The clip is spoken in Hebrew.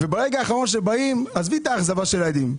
וברגע האחרון שבאים עזבי את האכזבה של הילדים.